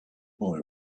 boy